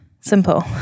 simple